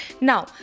Now